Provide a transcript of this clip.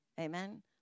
Amen